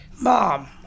Mom